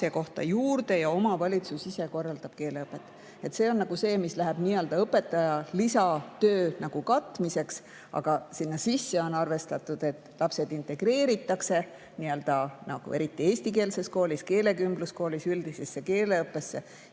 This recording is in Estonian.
kohta juurde ja omavalitsus ise korraldab keeleõpet. See on see, mis läheb õpetaja lisatöö katmiseks, aga sinna sisse on arvestatud, et lapsed integreeritakse – nagu eriti eestikeelses koolis, keelekümbluskoolis – üldisesse keeleõppesse